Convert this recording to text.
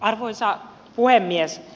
arvoisa puhemies